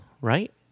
right